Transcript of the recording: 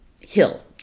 hill